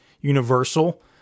universal